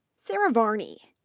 sarah varney,